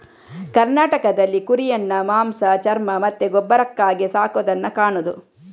ಕರ್ನಾಟಕದಲ್ಲಿ ಕುರಿಯನ್ನ ಮಾಂಸ, ಚರ್ಮ ಮತ್ತೆ ಗೊಬ್ಬರಕ್ಕಾಗಿ ಸಾಕುದನ್ನ ಕಾಣುದು